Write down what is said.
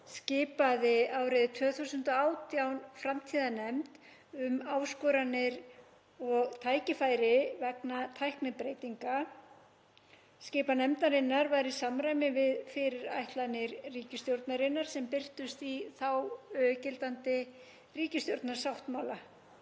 skipaði árið 2018 framtíðarnefnd um áskoranir og tækifæri vegna tæknibreytinga. Skipan nefndarinnar var í samræmi við fyrirætlanir ríkisstjórnarinnar sem birtust í þágildandi ríkisstjórnarsáttmála.